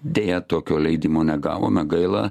deja tokio leidimo negavome gaila